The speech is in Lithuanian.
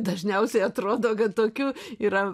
dažniausiai atrodo kad tokių yra